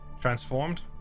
transformed